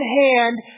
hand